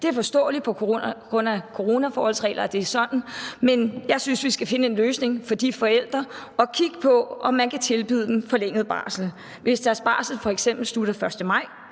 Det er forståeligt på grund af coronaforholdsregler, at det er sådan, det er, men jeg synes, vi skal finde en løsning for de forældre og kigge på, om man kan tilbyde dem forlænget barsel. Hvis deres barsel f.eks. slutter den 1. maj,